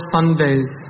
Sundays